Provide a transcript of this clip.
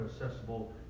accessible